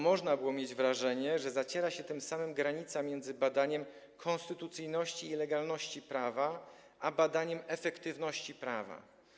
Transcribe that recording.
Można było mieć wrażenie, że tym samym zaciera się granica między badaniem konstytucyjności i legalności prawa a badaniem efektywności prawa.